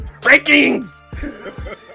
Rankings